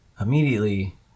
immediately –